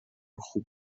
خوب